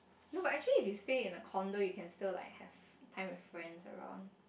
no but actually if you stay in a condo you can still like have time with friends around